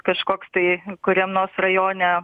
kažkoks tai kuriam nors rajone